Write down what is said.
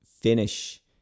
finish